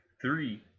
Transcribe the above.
three